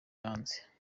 hanze